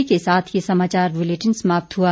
इसी के साथ ये समाचार बुलेटिन समाप्त हुआ